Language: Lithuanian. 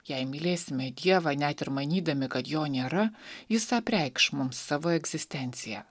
jei mylėsime dievą net ir manydami kad jo nėra jis apreikš mums savo egzistenciją